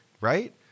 right